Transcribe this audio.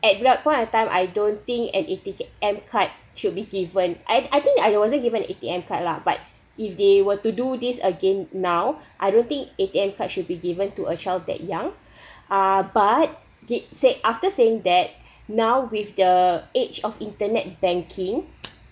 at that point of time I don't think an A_T_M card should be given I'd I think I wasn't given A_T_M card lah but if they were to do this again now I don't think A_T_M card should be given to a child that young uh but it said after saying that now with the age of internet banking